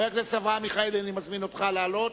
חבר הכנסת אברהם מיכאלי, אני מזמין אותך לעלות,